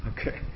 Okay